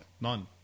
None